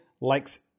likes